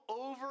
over